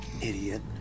Idiot